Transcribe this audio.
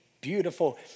beautiful